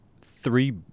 three